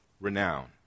renown